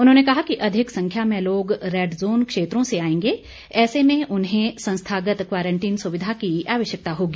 उन्होंने कहा कि अधिक संख्या में लोग रेड ज़ोन क्षेत्रों से आएंगे ऐसे में उन्हें संस्थागत क्वारंटीन सुविधा की आवश्यकता होगी